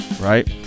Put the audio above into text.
right